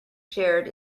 shared